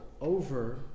over